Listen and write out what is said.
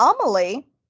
Amelie